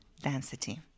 density